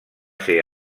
ser